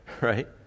right